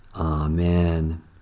Amen